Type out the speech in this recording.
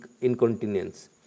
incontinence